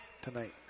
tonight